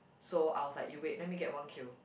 so I was like you wait let me get one kill